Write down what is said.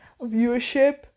viewership